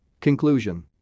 Conclusion